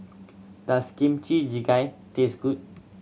does Kimchi Jjigae taste good